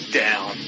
down